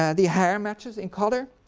and the hair matches in colour,